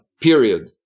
period